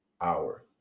hour